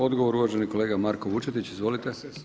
Odgovor uvaženi kolega Marko Vučetić, izvolite.